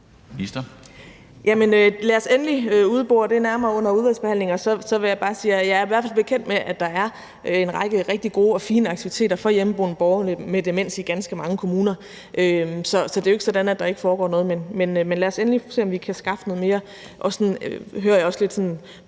lad os endelig udbore det nærmere under udvalgsbehandlingen. Og så vil jeg bare sige, at jeg i hvert fald er bekendt med, at der er en række rigtig gode og fine aktiviteter for hjemmeboende borgere med demens i ganske mange kommuner. Så det er jo ikke sådan, at der ikke foregår noget. Men lad os endelig se, om vi kan skaffe noget mere. Nu hører jeg også lidt, at